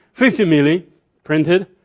fifty million printed.